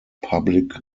public